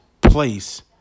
place